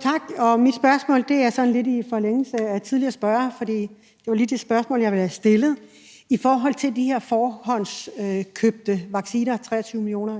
Tak. Mit spørgsmål er sådan lidt i forlængelse af tidligere spørgeres, for de stillede lige de spørgsmål, jeg ville have stillet i forhold til de her forhåndsaftaler om køb af 23 millioner